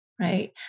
right